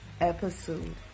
episode